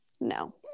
No